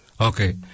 Okay